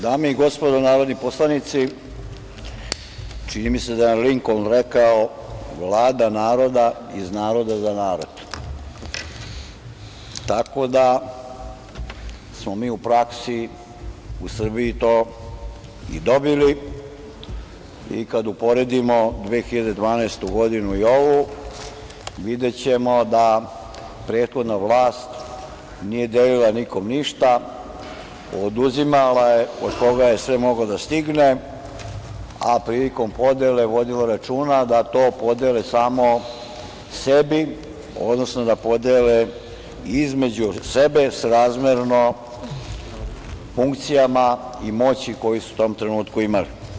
Dame i gospodo narodni poslanici, čini mi se da je Linkoln rekao "Vlada naroda iz naroda za narod", tako da smo mi u praksi u Srbiji to i dobili i kad uporedimo 2012. godinu i ovu, videćemo da prethodna vlast nije delila nikome ništa, oduzimala je od koga je sve mogla da stigne, a prilikom podele vodila je računa da to podele samo sebi, odnosno da podele između sebe, srazmerno funkcijama i moći koje su u tom trenutku imali.